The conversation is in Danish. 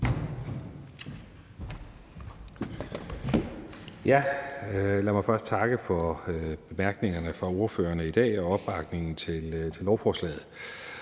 Lad mig først takke for bemærkningerne fra ordførerne i dag og opbakningen til lovforslaget.